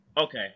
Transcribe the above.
Okay